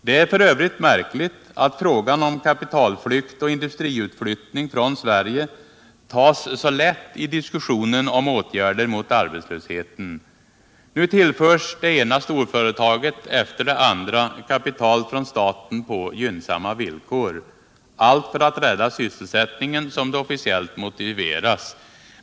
Det är f. ö. märkligt att frågan om kapitalflykt och industriutflyttning från Sverige tas så lätt i diskussionen om åtgärder mot arbetslösheten. Nu tillförs det ena storföretaget efter det andra kapital från staten på gynnsamma villkor - allt för att rädda sysselsättningen, som det officiellt motiveras.